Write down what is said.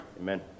Amen